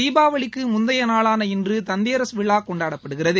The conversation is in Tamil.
தீபாவளிக்கு முந்தைய நாளான இன்று தந்த்தேரஸ் விழா கொண்டாடப்படுகிறது